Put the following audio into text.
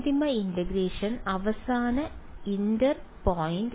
അന്തിമ ഇന്റഗ്രേഷൻ അവസാന inter point